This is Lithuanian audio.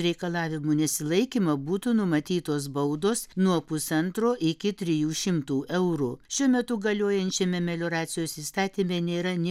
reikalavimų nesilaikymą būtų numatytos baudos nuo pusantro iki trijų šimtų eurų šiuo metu galiojančiame melioracijos įstatyme nėra nė